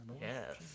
yes